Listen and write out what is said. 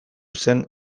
zen